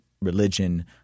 religion